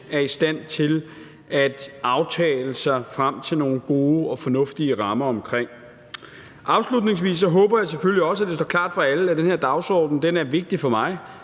er i stand til at aftale sig frem til nogle gode og fornuftige rammer omkring. Afslutningsvis håber jeg selvfølgelig også, at det står klart for alle, at den her dagsorden er vigtig for mig